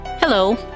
Hello